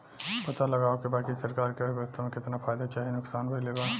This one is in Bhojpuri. पता लगावे के बा की सरकार के अर्थव्यवस्था में केतना फायदा चाहे नुकसान भइल बा